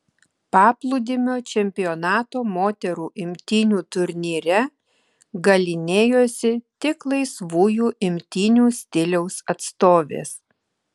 paplūdimio čempionato moterų imtynių turnyre galynėjosi tik laisvųjų imtynių stiliaus atstovės